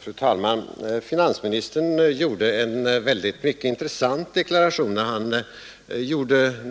Fru talman! Finansministern gjorde en mycket intressant deklaration när han